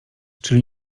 czyli